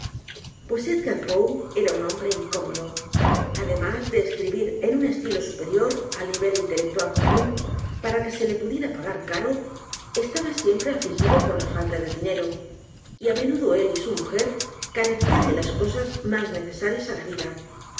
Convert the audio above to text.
r poe era un hombre incómodo a d e m á s de escribir en un estilo superior al nivel intelectual común para que se le p u diera p a g a r caro estaba siempre afligido por falta de dinero y á menudo él y su mujer carecían de las cosas más necesarias á la vida